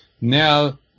Now